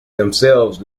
themselves